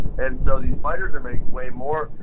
and so, these fighters are making way more,